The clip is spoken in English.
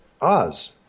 Oz